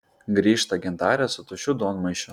grįžta gintarė su tuščiu duonmaišiu